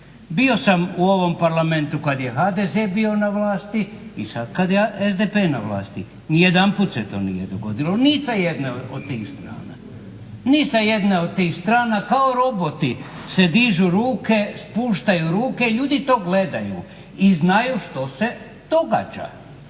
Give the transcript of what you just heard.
Bio sam u ovom Parlamentu kad je HDZ bio na vlasti i sad kad je SDP na vlasti. Nijedanput se to nije dogodilo. Ni sa jedne od tih strana. Kao roboti se dižu ruke, spuštaju ruke i ljudi to gledaju i znaju što se događa.